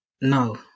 No